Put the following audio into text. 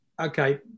Okay